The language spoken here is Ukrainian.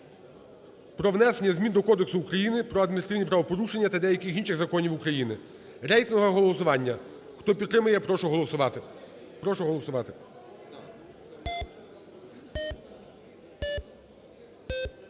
про внесення змін до Кодексу України про адміністративні правопорушення та деяких інших законів України. Рейтингове голосування. Хто підтримує, прошу голосувати.